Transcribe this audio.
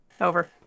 over